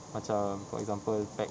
macam for example pack